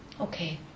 Okay